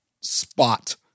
spot